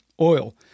oil